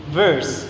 verse